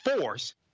force